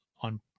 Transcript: on